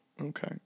Okay